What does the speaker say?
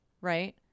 right